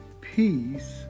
peace